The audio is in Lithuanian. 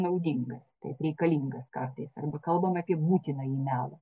naudingas reikalingas kartais arba kalbam apie būtinąjį melą